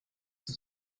nun